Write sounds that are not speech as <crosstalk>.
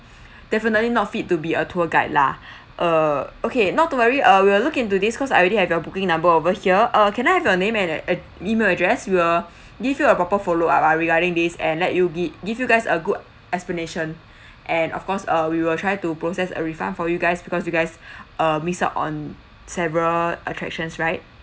<breath> definitely not fit to be a tour guide lah err okay not to worry uh we'll look into this cause I already have your booking number over here uh can I have your name and ad~ email address we will give you a proper follow up ah regarding this and let you giv~ give you guys a good explanation <breath> and of course uh we will try to process a refund for you guys because you guys <breath> uh missed out on several attractions right